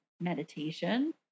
meditation